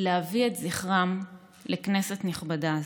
להביא את זכרם לכנסת נכבדה זו.